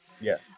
Yes